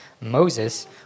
Moses